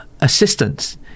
assistance